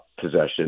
possession